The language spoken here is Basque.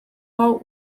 hau